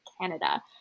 canada